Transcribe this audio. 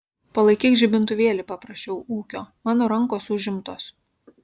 palaikyk žibintuvėlį paprašiau ūkio mano rankos užimtos